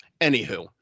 Anywho